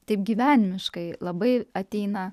taip gyvenimiškai labai ateina